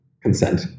consent